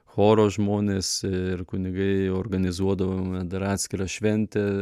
choro žmonės ir kunigai organizuodavome dar atskirą šventę